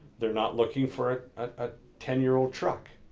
they're not looking for a ten year old truck.